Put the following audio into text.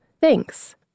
Thanks